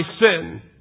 sin